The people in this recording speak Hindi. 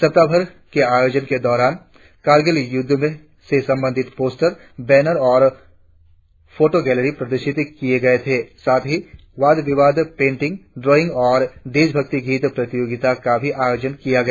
सप्ताहभर के आयोजन के दौरान कारगिल युद्ध से संबधित पोस्टिर बैनर और फोटों गैलरी प्रदर्शित किए गए थे साथ ही वाद विवाद पेंटिंग ड्राइंग और देशभक्ति गीत प्रतियोगिताओं का भी आयोजन किया गया